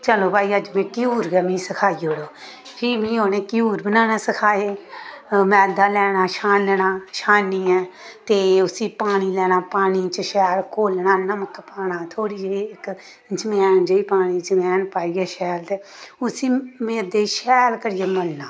चलो भाई अज घ्यूर गै मिगी सखाई ओड़ो फ्ही मी उनें घ्यूर बनाना सखाए मैदा लैना छानना छानी ऐ ते उसी पानी लैना पानी च शैल घोलना नमक पाना थोह्ड़ी जेही इक अजैवन जेही पानी अजवैन पाइयै शैल ते उसी मैदे गी शैल करियै मलना